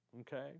Okay